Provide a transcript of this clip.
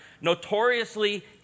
notoriously